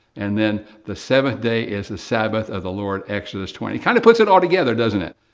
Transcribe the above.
and then, the seventh day is the sabbath of the lord. exodus twenty. it kind of puts it all together, doesn't it?